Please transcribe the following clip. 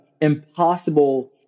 impossible